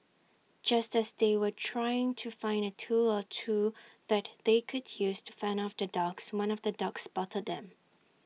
just as they were trying to find A tool or two that they could use to fend off the dogs one of the dogs spotted them